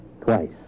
Twice